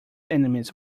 enemies